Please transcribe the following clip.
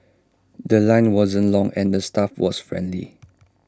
The Line wasn't long and the staff was friendly